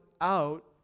out